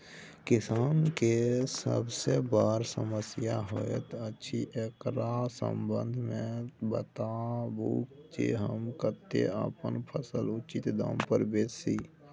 किसान के सबसे बर समस्या होयत अछि, एकरा संबंध मे बताबू जे हम कत्ते अपन फसल उचित दाम पर बेच सी?